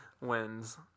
wins